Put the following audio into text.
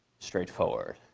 straightforward?